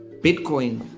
Bitcoin